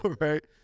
right